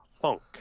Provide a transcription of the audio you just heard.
Funk